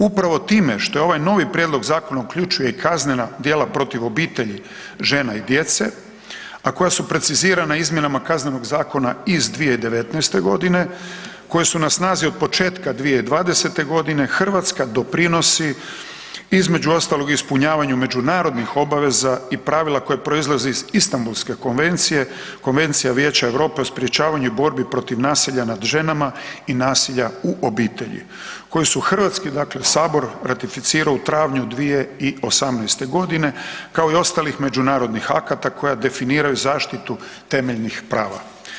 Upravo time što je ovaj novi prijedlog zakona uključuje i kaznena djela protiv obitelji, žena i djece, a koja su precizirana izmjenama Kaznenog zakona iz 2019. g., koje su na snazi od početka 2020. g., Hrvatska doprinosi, između ostaloga i ispunjavanju međunarodnih obaveza i pravila koja proizlaze iz Istambulske konvencije, Konvencije vijeća EU o sprječavanju i borbi protiv nasilja nad ženama i nasilja u obitelji koji su hrvatski dakle Sabor, ratificirao u travnju 2018. g., kao i ostalih međunarodnih akata koji definiraju zaštitu temeljnih prava.